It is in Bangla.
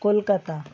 কলকাতা